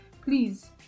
Please